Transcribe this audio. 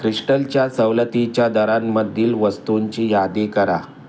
क्रिस्टलच्या सवलतीच्या दरांमधील वस्तूंची यादी करा